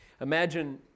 Imagine